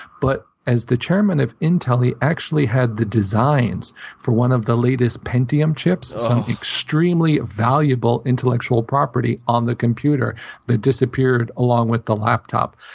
but as the chairman of intel, he actually had the designs for one of the latest pentium chips, some extremely valuable intellectual property on the computer that disappeared along with the laptop.